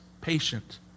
patient